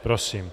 Prosím.